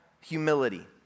humility